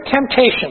temptation